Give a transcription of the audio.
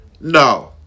No